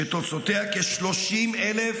שתוצאותיה כ-30,000